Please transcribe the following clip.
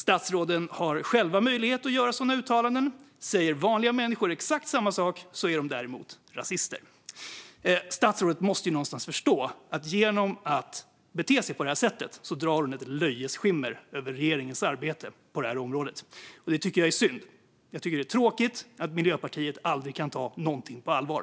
Statsråden har själva möjlighet att göra sådana uttalanden, men om vanliga människor säger exakt samma sak är de rasister. Statsrådet måste någonstans förstå att hon genom att bete sig på detta sätt drar ett löjes skimmer över regeringens arbete på detta område, och det tycker jag är synd. Jag tycker att det är tråkigt att Miljöpartiet aldrig kan ta något på allvar.